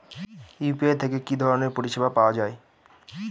UPI থেকে কি ধরণের পরিষেবা পাওয়া য়ায়?